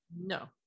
no